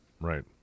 right